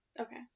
Okay